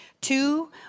Two